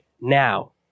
now